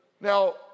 Now